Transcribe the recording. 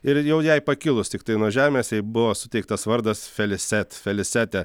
ir jau jai pakilus tiktai nuo žemės jai buvo suteiktas vardas feliset felisetė